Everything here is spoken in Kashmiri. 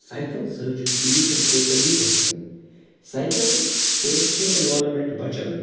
سایکَل سۭتۍ چھُنہٕ پوٚلیٛوشَن ٹوٹَلی گَژھان سایکَل سۭتۍ چھُ ایٚنویٚرانمیٚنٹ بَچان